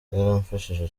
byaramfashije